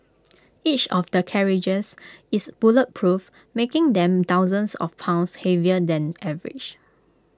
each of the carriages is bulletproof making them thousands of pounds heavier than average